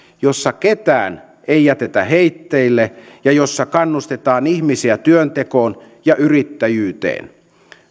jossa ketään ei jätetä heitteille ja jossa kannustetaan ihmisiä työntekoon ja yrittäjyyteen